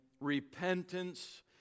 repentance